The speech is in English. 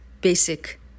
basic